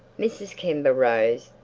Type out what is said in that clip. mrs. kember rose,